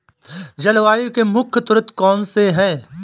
जलवायु के मुख्य तत्व कौनसे हैं?